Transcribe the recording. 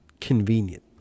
convenient